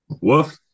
Woof